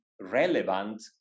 relevant